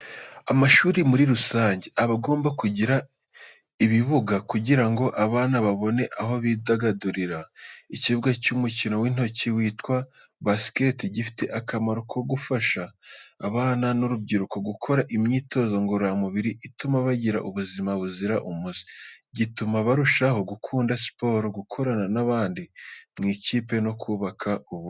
Amashuri muri rusange aba agomba kugira ibibuga kugira ngo abana babone aho bidagadurira. Ikibuga cy’umukino w’intoki witwa basiketi gifite akamaro ko gufasha abana n’urubyiruko gukora imyitozo ngororamubiri ituma bagira ubuzima buzira umuze. Gituma barushaho gukunda siporo, gukorana n’abandi mu ikipe no kubaka ubumwe.